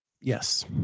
Yes